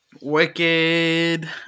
Wicked